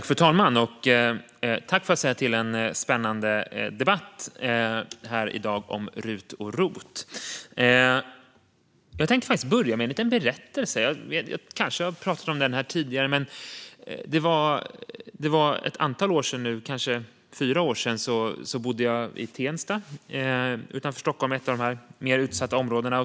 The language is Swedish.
Fru talman! Tack för en spännande debatt här i dag om RUT och ROT! Jag tänkte börja med en liten berättelse. Jag kanske har pratat om detta tidigare. För kanske fyra år sedan bodde jag i Tensta utanför Stockholm, ett av de här mer utsatta områdena.